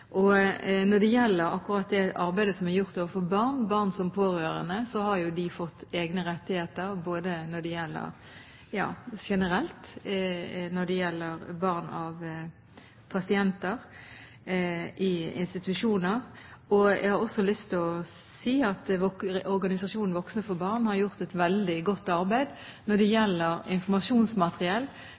har de fått egne rettigheter generelt med tanke på barn av pasienter i institusjoner. Jeg har også lyst til å si at organisasjonen Voksne for Barn har gjort et veldig godt arbeid når det gjelder informasjonsmateriell